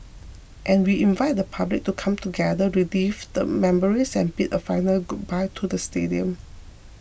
and we invite the public to come together relive the memories and bid a final goodbye to the stadium